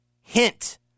hint